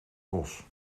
bos